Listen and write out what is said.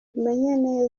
tumenye